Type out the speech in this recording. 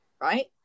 Right